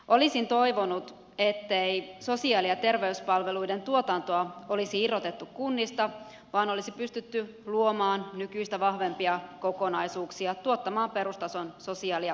olisin toivonut ettei sosiaali ja terveyspalveluiden tuotantoa olisi irrotettu kunnista vaan olisi pystytty luomaan nykyistä vahvempia kokonaisuuksia tuottamaan perustason sosiaali ja terveyspalveluita